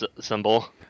symbol